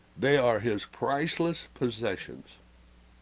they are his priceless possessions